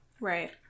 Right